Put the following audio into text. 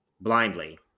blindly